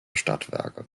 stadtwerke